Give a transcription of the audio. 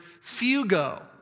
fugo